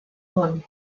món